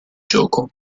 gioco